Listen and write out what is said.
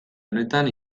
honetan